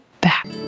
back